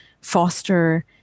foster